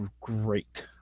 great